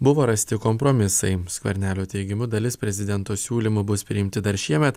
buvo rasti kompromisai skvernelio teigimu dalis prezidento siūlymų bus priimti dar šiemet